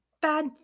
bad